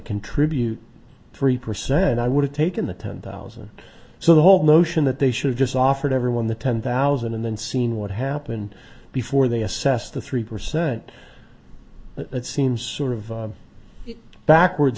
contribute three percent i would have taken the ten thousand so the whole notion that they should have just offered everyone the ten thousand and then seen what happened before they assess the three percent it seems sort of backwards